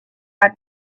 had